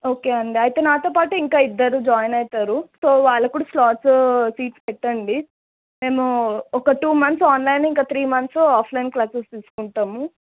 okay అండి అయితే నాతో పాటు ఇంకా ఇద్దరు జాయిన్ అవుతారు సో వాళ్ళకి కూడా స్లాట్స్ తీసిపెట్టండి మేము ఒక టూ మంత్స్ ఆన్లైన్ ఇంకా త్రీ మంత్స్ ఆఫ్లైన్ క్లాసెస్ తీసుకుంటాము